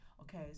Okay